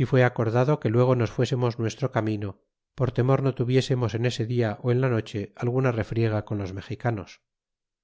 y fue acordado que luego nos fuésemos nuestro camino por temor no tuviésemos en ese dia ó en la noche alguna refriega con los mexicanos